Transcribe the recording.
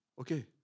okay